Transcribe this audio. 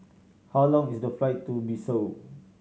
how long is the flight to Bissau